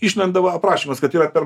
išlenda va aprašymas kad yra per